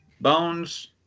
Bones